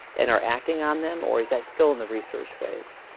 and are acting on them? or is that still in the research phase?